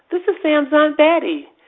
this is sam's aunt betty.